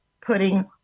putting